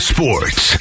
Sports